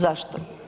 Zašto?